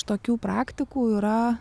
tokių praktikų yra